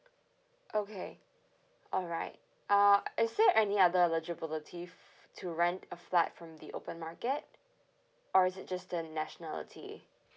okay alright uh is there any other eligibility fu~ to rent a flat from the open market or is it just the nationality